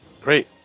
Great